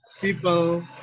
people